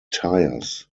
tyres